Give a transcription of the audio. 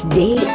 day